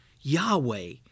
Yahweh